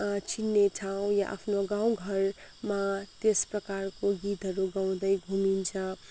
चिन्ने ठाउँ या आफ्नो गाउँघरमा त्यस प्रकारको गीतहरू गाउँदै घुमिन्छ